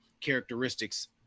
characteristics